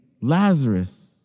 Lazarus